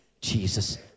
Jesus